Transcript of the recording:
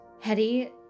Hetty